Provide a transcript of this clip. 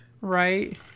right